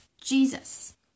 Jesus